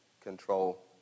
control